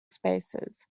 spaces